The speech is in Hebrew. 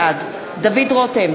בעד דוד רותם,